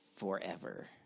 forever